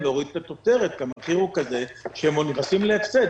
להוריד את התוצרת כי המחיר הוא כזה שהם נכנסים להפסד,